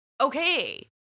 Okay